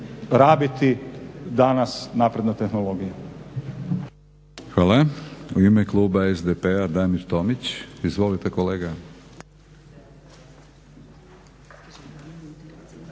rabiti danas napredna tehnologija.